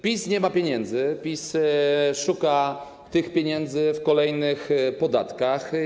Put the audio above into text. PiS nie ma pieniędzy, PiS szuka tych pieniędzy w kolejnych podatkach.